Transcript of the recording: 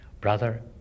brother